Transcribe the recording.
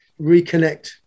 reconnect